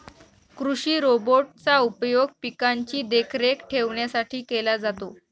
कृषि रोबोट चा उपयोग पिकांची देखरेख ठेवण्यासाठी केला जातो